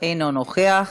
אינו נוכח.